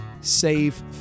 save